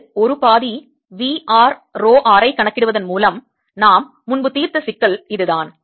இது ஒரு பாதி v r ரோ r ஐ கணக்கிடுவதன் மூலம் நாம் முன்பு தீர்த்த சிக்கல் இதுதான்